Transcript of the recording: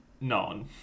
none